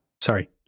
Sorry